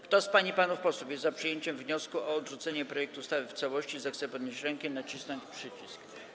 Kto z pań i panów posłów jest za przyjęciem wniosku o odrzucenie projektu ustawy w całości, zechce podnieść rękę i nacisnąć przycisk.